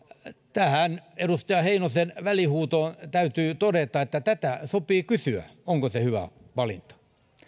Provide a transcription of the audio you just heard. tähän edustaja heinosen välihuutoon täytyy todeta että tätä sopii kysyä onko se hyvä valinta